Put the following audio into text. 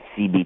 CBT